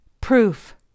Proof